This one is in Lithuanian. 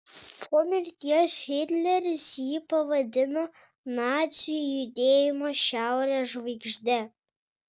po mirties hitleris jį pavadino nacių judėjimo šiaurės žvaigžde